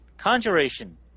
Conjuration